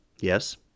yes